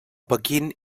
pequín